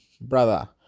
brother